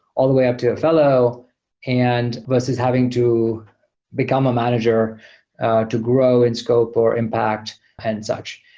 all the way up to a fellow and versus having to become a manager to grow in scope or impact and such.